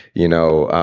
you know,